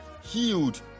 healed